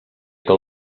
que